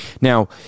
Now